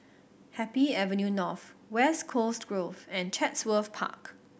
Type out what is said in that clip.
Happy Avenue North West Coast Grove and Chatsworth Park